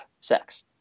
sex